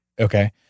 Okay